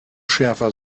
schärfer